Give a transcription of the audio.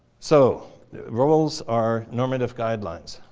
so roles are normative guidelines.